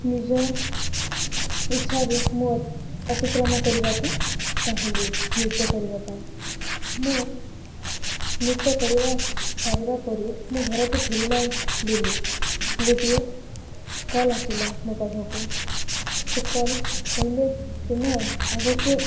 ନିଜ ଇଚ୍ଛାରେ ମୁଁ ଅତିକ୍ରମ କରିବାକୁ ଚାହିଁଲି ନୃତ୍ୟ କରିବା ପାଇଁ ମୁଁ ନୃତ୍ୟ କରିବା ସାରିବା ପରେ ମୁଁ ଘରକୁ ଫେରିଲା ବେଳେ ଗୋଟିଏ କଲ୍ ଆସିଲା ମୋ ପାଖକୁ ସେ କଲ୍ କହିଲେ ତୁମେ ଆଗକୁ